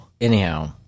Anyhow